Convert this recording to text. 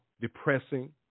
depressing